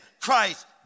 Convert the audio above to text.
Christ